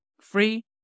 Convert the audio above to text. Free